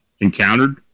encountered